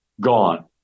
gone